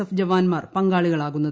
F ജവാൻമാർ പങ്കാളികളാക്ടുന്നത്